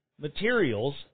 materials